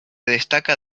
destaca